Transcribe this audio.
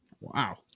Wow